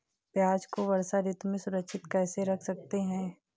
प्याज़ को वर्षा ऋतु में सुरक्षित कैसे रख सकते हैं?